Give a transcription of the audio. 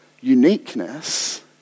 uniqueness